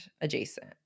adjacent